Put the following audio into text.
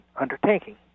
undertaking